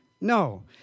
No